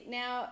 now